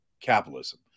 capitalism